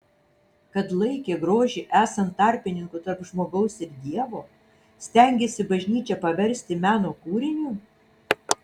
kad laikė grožį esant tarpininku tarp žmogaus ir dievo stengėsi bažnyčią paversti meno kūriniu